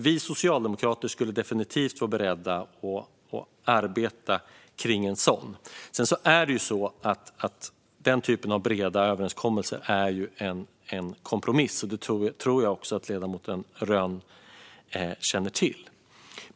Vi socialdemokrater skulle definitivt vara beredda att samarbeta om en sådan. Den typen av breda överenskommelser är ju kompromisser. Det tror jag att ledamoten Rönn känner till.